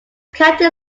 county